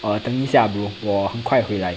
err 等一下 bro 我很快回来